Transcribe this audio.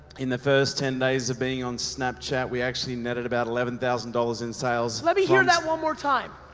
in the first ten days of being on snapchat, we actually netted about eleven thousand dollars in sales from let me hear that one more time.